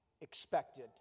expected